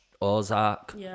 Ozark